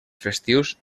festius